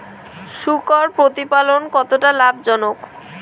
শূকর প্রতিপালনের কতটা লাভজনক?